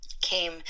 came